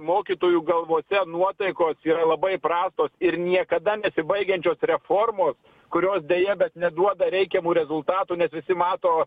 mokytojų galvose nuotaikos yra labai prastos ir niekada nesibaigiančios reformos kurios deja bet neduoda reikiamų rezultatų nes visi mato